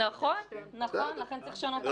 נכון, לכן צריך לשנות את החוק.